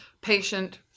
patient